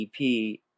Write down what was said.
EP